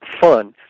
Fun